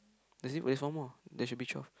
that's it there's one more there should be twelve